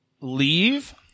leave